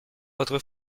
votre